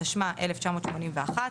התשמ"א 1981,